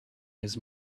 his